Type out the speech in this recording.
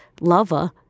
lover